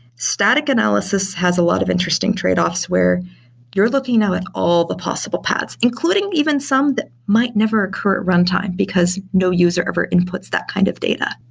static analysis has a lot of interesting tradeoffs where you're looking now at all the possible paths, including even some that might never occur at runtime, because no user ever inputs that kind of data.